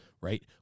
right